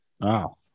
Wow